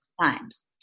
times